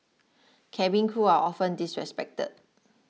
cabin crew are often disrespected